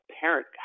parent